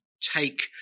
take